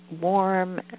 warm